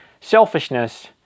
Selfishness